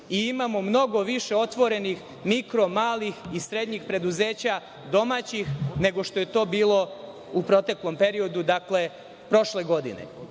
i imamo mnogo više otvorenih mikro, malih i srednjih preduzeća domaćih nego što je to bilo u proteklom periodu, dakle, prošle godine.